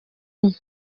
umwe